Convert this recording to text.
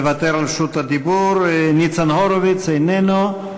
מוותר על רשות הדיבור, ניצן הורוביץ, איננו,